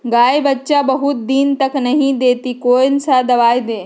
गाय बच्चा बहुत बहुत दिन तक नहीं देती कौन सा दवा दे?